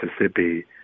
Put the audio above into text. Mississippi